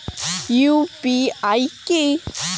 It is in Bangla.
ইউ.পি.আই কি?